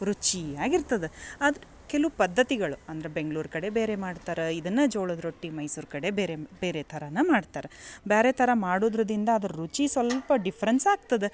ರುಚಿ ಆಗಿರ್ತದೆ ಅದು ಕೆಲವು ಪದ್ಧತಿಗಳು ಅಂದ್ರೆ ಬೆಂಗ್ಳೂರು ಕಡೆ ಬೇರೆ ಮಾಡ್ತಾರ ಇದನ್ನು ಜೋಳದ ರೊಟ್ಟಿ ಮೈಸೂರು ಕಡೆ ಬೇರೆ ಬೇರೆ ಥರನೇ ಮಾಡ್ತಾರ ಬೇರೆ ಥರ ಮಾಡುದ್ರದಿಂದ ಅದ್ರ ರುಚಿ ಸ್ವಲ್ಪ ಡಿಫ್ರೆನ್ಸ್ ಆಗ್ತದೆ